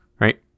right